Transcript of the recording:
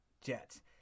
Jets